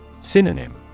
Synonym